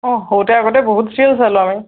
অঁ সৰুতে আগতে বহুত চিৰিয়েল চালো আমি